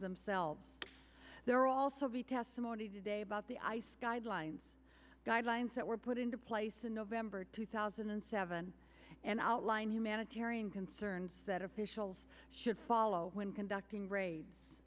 themselves there are also be testimony today about the ice guidelines guidelines that were put into place in november two thousand and seven and outline humanitarian concerns that officials should follow when conducting ra